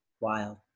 wild